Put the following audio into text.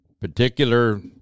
particular